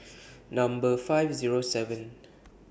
Number five Zero seven